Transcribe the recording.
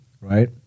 Right